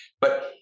But-